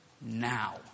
Now